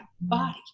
body